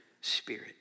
spirit